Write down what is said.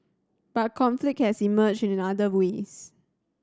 but conflict has emerged in other ways